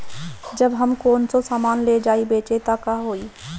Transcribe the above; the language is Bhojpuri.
जब हम कौनो सामान ले जाई बेचे त का होही?